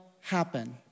happen